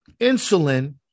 insulin